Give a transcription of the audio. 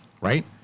right